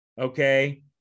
Okay